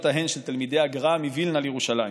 ההן של תלמידי הגר"א מווילנה לירושלים.